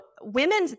women